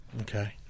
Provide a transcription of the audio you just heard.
okay